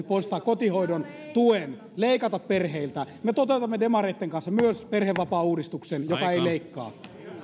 poistaa kotihoidon tuen leikata perheiltä me toteutamme demareitten kanssa myös perhevapaauudistuksen joka ei leikkaa